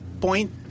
point